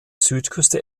südküste